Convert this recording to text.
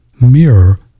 mirror